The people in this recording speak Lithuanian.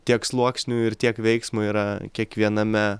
tiek sluoksnių ir tiek veiksmo yra kiekviename